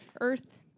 Earth